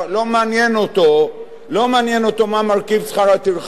לא מעניין אותו מה מרכיב שכר הטרחה.